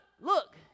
look